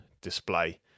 display